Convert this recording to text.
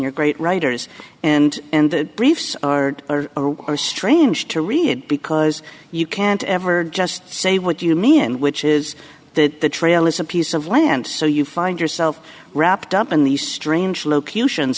your great writers and and the briefs are are strange to read because you can't ever just say what you mean which is that the trail is piece of land so you find yourself wrapped up in these strange locations